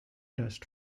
dust